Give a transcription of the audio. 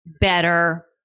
better